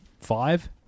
five